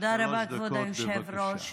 תודה רבה, כבוד היושב-ראש.